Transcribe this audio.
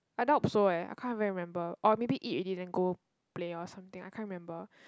I doubt so eh I can't really remember or maybe eat already then go play or something I can't remember